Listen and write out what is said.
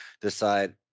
decide